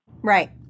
Right